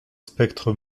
spectre